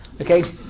Okay